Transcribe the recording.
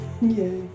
Yay